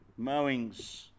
mowings